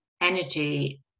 energy